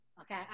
okay